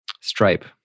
Stripe